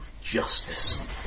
justice